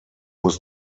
muss